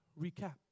Recap